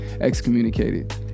excommunicated